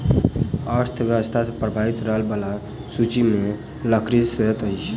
अर्थव्यवस्था के प्रभावित करय बला सूचि मे लकड़ी सेहो अछि